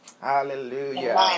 Hallelujah